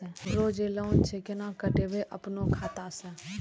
हमरो जे लोन छे केना कटेबे अपनो खाता से?